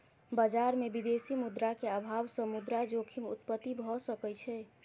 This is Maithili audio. बजार में विदेशी मुद्रा के अभाव सॅ मुद्रा जोखिम उत्पत्ति भ सकै छै